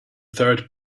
third